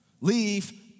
Leave